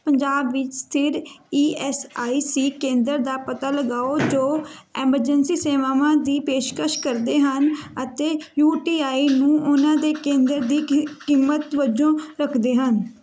ਪੰਜਾਬ ਵਿੱਚ ਸਥਿਰ E S I C ਕੇਂਦਰ ਦਾ ਪਤਾ ਲਗਾਓ ਜੋ ਐਮਰਜੈਂਸੀ ਸੇਵਾਵਾਂ ਦੀ ਪੇਸ਼ਕਸ਼ ਕਰਦੇ ਹਨ ਅਤੇ ਯੂ ਟੀ ਆਈ ਨੂੰ ਉਹਨਾਂ ਦੇ ਕੇਂਦਰ ਦੀ ਕੀ ਕੀਮਤ ਵਜੋਂ ਰੱਖਦੇ ਹਨ